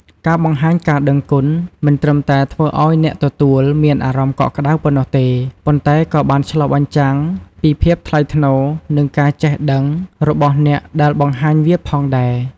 ការបង្ហាញការដឹងគុណមិនត្រឹមតែធ្វើឲ្យអ្នកទទួលមានអារម្មណ៍កក់ក្ដៅប៉ុណ្ណោះទេ ប៉ុន្តែក៏បានឆ្លុះបញ្ចាំងពីភាពថ្លៃថ្នូរ និងការចេះដឹងរបស់អ្នកដែលបង្ហាញវាផងដែរ។